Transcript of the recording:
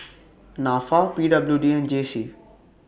Nafa P W D and J C